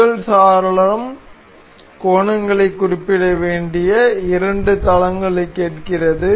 முதல் சாளரம் கோணங்களைக் குறிப்பிட வேண்டிய இரண்டு தளங்களைக் கேட்கிறது